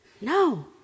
No